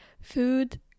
food